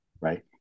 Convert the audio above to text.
right